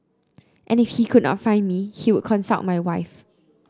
and if he could not find me he would consult my wife